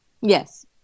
Yes